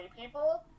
people